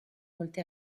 molti